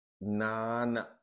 non